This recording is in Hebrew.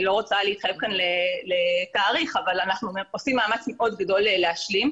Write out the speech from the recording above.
אני לא רוצה להתחייב כאן לתאריך אבל אנחנו עושים מאמץ גדול מאוד להשלים.